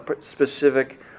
specific